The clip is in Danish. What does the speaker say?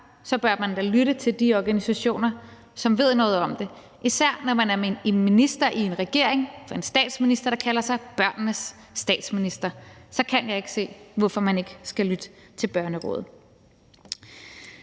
bør man da lytte til de organisationer, som ved noget om det, især når man er minister i en regering med en statsminister, der kalder sig for børnenes statsminister. Så kan jeg ikke se, hvorfor man ikke skulle lytte til Børnerådet.